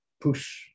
push